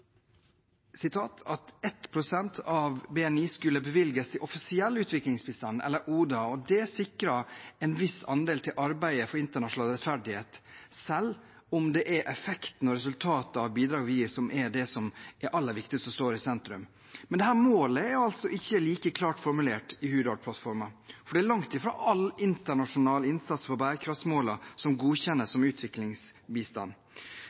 en viss andel til arbeidet for internasjonal rettferdighet, selv om det er effekten og resultatet av bidraget vi gir, som er det aller viktigste, og som står i sentrum. Men dette målet er altså ikke like klart formulert i Hurdalsplattformen, for det er langt fra all internasjonal innsats for bærekraftsmålene som godkjennes